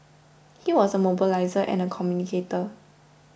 he was a mobiliser and a communicator